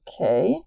Okay